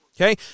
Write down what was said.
Okay